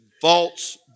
false